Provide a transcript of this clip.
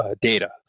data